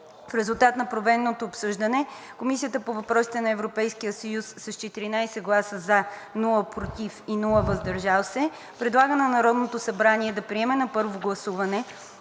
в резултат на проведеното обсъждане Комисията по въпросите на Европейския съюз: - с 14 гласа „за“, без „против“ и „въздържал се“ предлага на Народното събрание да приеме на първо гласуване